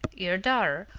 your daughter,